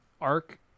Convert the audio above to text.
arc